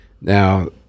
now